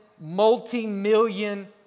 multi-million